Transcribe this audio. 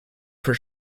for